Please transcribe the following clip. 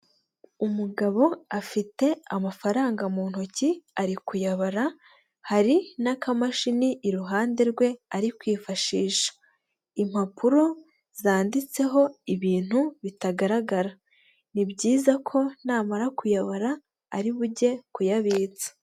Umugabo afite amafaranga mu ntoki ari kuyabara; hari n'akamashini iruhande rwe ari kwifashisha, impapuro zanditseho ibintu bitagaragara; ni byiza ko namara kuyabara ari bujye kuyabitsa.